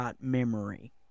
Memory